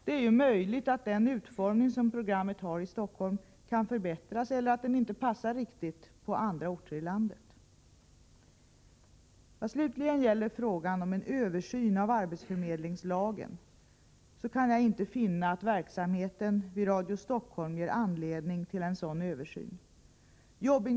Det är ju möjligt att den utformning som programmet har i Stockholm kan förbättras eller att den inte passar riktigt på andra orter i landet. Vad slutligen gäller frågan om en översyn av arbetsförmedlingslagen, kan jag inte finna att verksamheten vid Radio Stockholm ger anledning till en sådan översyn.